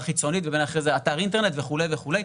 חיצונית ואחרי זה אתר אינטרנט וכו' וכו',